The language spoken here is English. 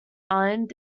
island